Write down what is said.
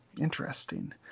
interesting